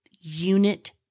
unit